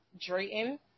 Drayton